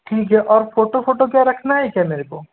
ठीक है और फोटो फोटो क्या रखना है क्या मेरे को